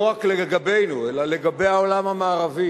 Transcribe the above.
לא רק לגבינו, אלא לגבי העולם המערבי,